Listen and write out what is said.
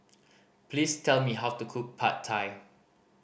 please tell me how to cook Pad Thai